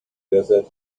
desert